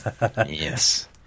Yes